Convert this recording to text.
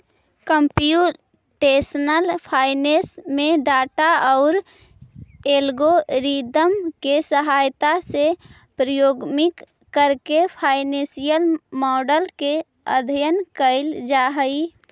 computational finance में data औउर algorithm के सहायता से प्रोग्रामिंग करके फाइनेंसियल मॉडल के अध्ययन कईल जा हई